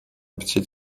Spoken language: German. bezieht